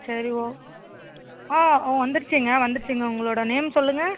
சரி ஓ ஆ ஆ வந்துருச்சுங்க வந்துருச்சுங்க உங்களோடய நேம் சொல்லுங்க